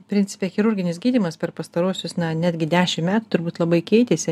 principe chirurginis gydymas per pastaruosius na netgi dešim metų turbūt labai keitėsi